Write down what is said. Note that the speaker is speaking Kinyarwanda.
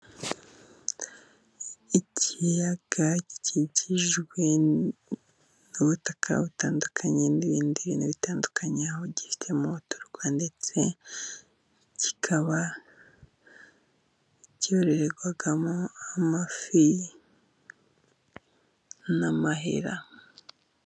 Ikiyaga gikikijwe n'ubutaka butandukanye， n'ibindi bintu bitandukanye， aho gifitemo，uturwa ndetse kikaba cyororerwamo，amafi n'amahera.